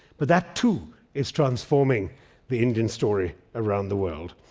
but that too is transforming the indian story around the world.